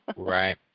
Right